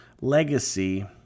legacy